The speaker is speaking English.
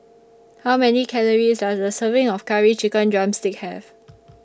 How Many Calories Does A Serving of Curry Chicken Drumstick Have